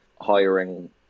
hiring